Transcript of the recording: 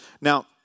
Now